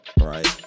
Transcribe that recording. Right